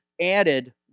added